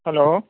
hello